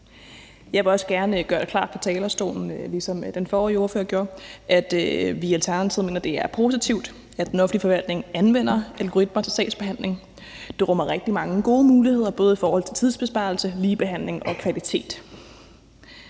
Jeg vil også gerne gøre det klart på talerstolen, ligesom den forrige ordfører gjorde, at vi i Alternativet mener, at det er positivt, at den offentlige forvaltning anvender algoritmer til sagsbehandling. Det rummer rigtig mange gode mulighed, både i forhold til tidsbesparelse, ligebehandling og kvalitet.